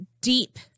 deep